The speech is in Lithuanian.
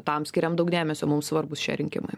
tam skiriam daug dėmesio mums svarbūs šie rinkimai